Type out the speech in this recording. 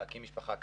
ואקים משפחה כאן,